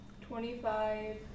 twenty-five